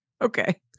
Okay